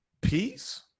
Peace